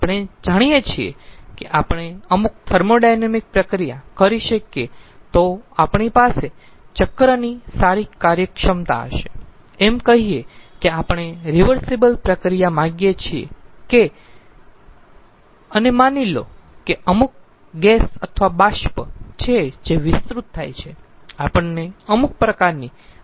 આપણે જાણીયે છીએ કે આપણે અમુક થર્મોોડાયનેમિક પ્રક્રિયા કરી શકીયે તો આપણી પાસે ચક્રની સારી કાર્યક્ષમતા હશે એમ કહીયે કે આપણે રીવર્સીબલ પ્રક્રિયા માગીએ છીએ કે અને માની લો કે અમુક ગેસ અથવા બાષ્પ છે જે વિસ્તૃત થાય છે આપણને અમુક પ્રકારની રીવર્સીબલ પ્રક્રિયા ગમે છે